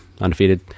undefeated